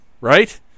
right